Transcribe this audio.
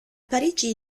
parigi